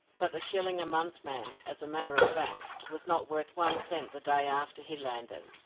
but the shilling-a-month man, as a matter of fact, was not worth one cent the day after he landed,